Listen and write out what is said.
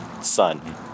son